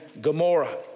Gomorrah